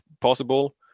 possible